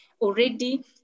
already